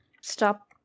stop